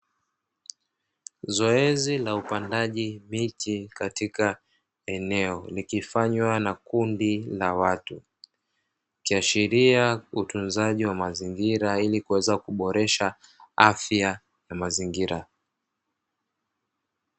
Zoezi la upandaji miti katika eneo ukifanywa na kundi la watu, ikiashiria utunzaji wa mazingira ili kuweza kuboresha afya na mazingira.